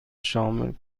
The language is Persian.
شامل